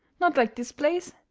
not like this place.